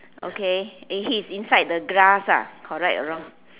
okay and he's inside the grass ah correct or wrong